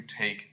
take